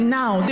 now